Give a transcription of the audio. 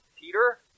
Peter